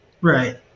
Right